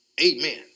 Amen